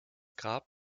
grab